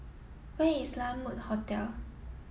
where is La Mode Hotel